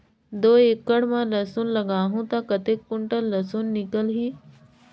दो एकड़ मां लसुन लगाहूं ता कतेक कुंटल लसुन निकल ही?